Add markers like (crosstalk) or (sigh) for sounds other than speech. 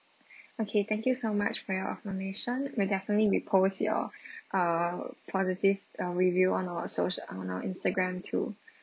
okay thank you so much for your affirmation we'll definitely repost your (breath) uh positive uh review on our social on our Instagram too